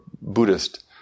Buddhist